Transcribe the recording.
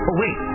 wait